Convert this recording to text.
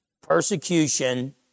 persecution